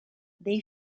they